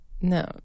No